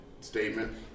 statement